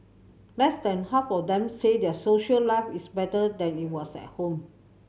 less than half of them say their social life is better than it was at home